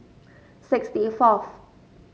sixty fourth